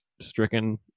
stricken